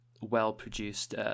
well-produced